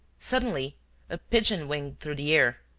suddenly a pigeon winged through the air,